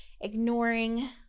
ignoring